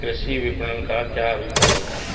कृषि विपणन का क्या अभिप्राय है?